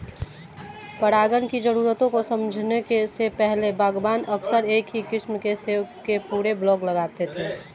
परागण की जरूरतों को समझने से पहले, बागवान अक्सर एक ही किस्म के सेब के पूरे ब्लॉक लगाते थे